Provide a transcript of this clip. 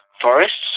forests